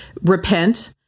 Repent